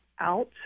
out